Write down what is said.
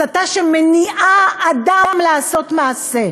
הסתה שמניעה אדם לעשות מעשה,